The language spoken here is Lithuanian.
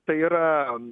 tai yra